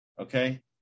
okay